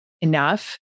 enough